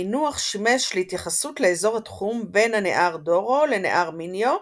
המינוח שימש להתייחסות לאזור התחום בין הנהר דורו לנהר מיניו,